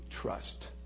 trust